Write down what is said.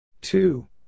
Two